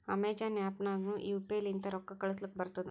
Amazon app ನಾಗ್ನು U P I ಲಿಂತ ರೊಕ್ಕಾ ಕಳೂಸಲಕ್ ಬರ್ತುದ್